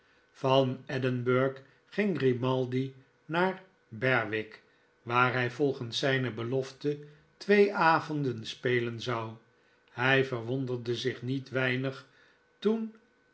van edinburg ging grimaldi naar berw i c k waar hij volgens zijne belofte twee avonden spelen zou hij verwonderde zich niet weinig toen